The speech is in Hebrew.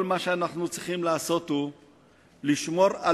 כל מה שאנו צריכים לעשות הוא לשמור על